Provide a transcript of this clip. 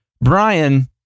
Brian